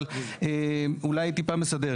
אבל אולי היא טיפה מסדרת.